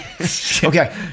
okay